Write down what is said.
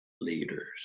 Leaders